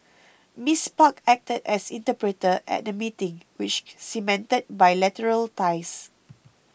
Miss Park acted as interpreter at the meeting which cemented bilateral ties